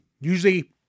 Usually